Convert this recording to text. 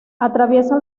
atraviesa